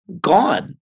gone